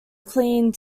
cleaned